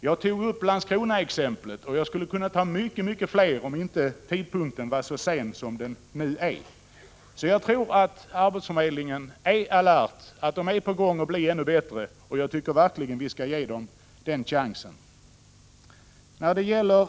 Jag tog också upp Landskronaexemplet, och jag skulle kunna anföra många fler exempel om inte tidpunkten var så sen. Jag tror alltså att arbetsförmedlingen är på väg att bli ännu bättre, och jag tycker verkligen att vi skall ge den chansen att förbättras ytterligare.